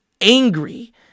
angry